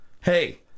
hey